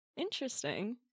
interesting